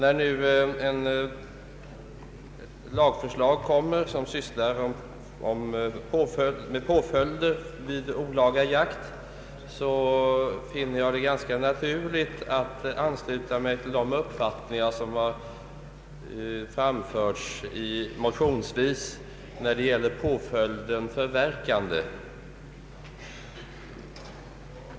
Då det nu framläggs ett lagförslag om påföljder vid olaga jakt, finner jag det ganska naturligt att ansluta mig till de uppfattningar som framförts motionsvis beträffande påföljden förverkande.